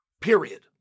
Period